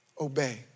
obey